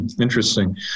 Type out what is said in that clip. Interesting